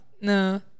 No